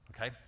okay